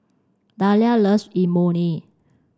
Dahlia loves Imoni